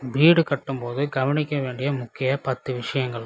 வீடு கட்டும் போது கவனிக்க வேண்டிய முக்கிய பத்து விஷயங்கள்